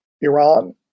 Iran